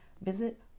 visit